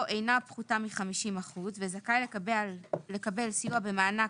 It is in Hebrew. אינה פחותה מ-50% זכאי לקבל סיוע במענק